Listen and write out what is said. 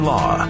Law